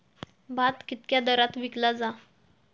भात कित्क्या दरात विकला जा?